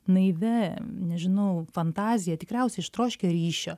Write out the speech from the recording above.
naivia nežinau fantazija tikriausiai ištroškę ryšio